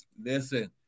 Listen